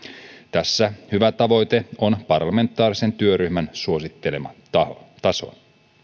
tässä hyvä tavoite on parlamentaarisen työryhmän suosittelema taso